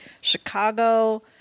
Chicago